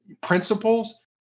principles